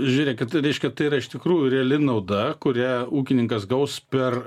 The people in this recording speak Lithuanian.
žiūrėkit reiškia tai yra iš tikrųjų reali nauda kurią ūkininkas gaus per